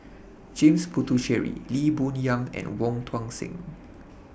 James Puthucheary Lee Boon Yang and Wong Tuang Seng